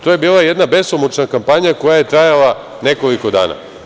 To je bila jedna besomučna kampanja koja je trajala nekoliko dana.